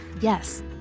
Yes